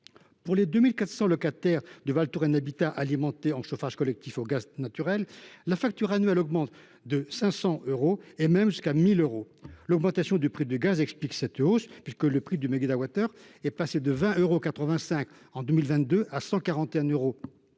Pour les 2 400 locataires de Val Touraine Habitat alimentés en chauffage collectif au gaz naturel, la facture annuelle augmente de 500 euros, voire jusqu’à 1 000 euros. L’augmentation du prix du gaz explique cette hausse, puisque le prix du mégawattheure est passé de 20,85 euros en 2022 à 141 euros